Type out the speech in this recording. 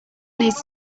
needs